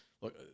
look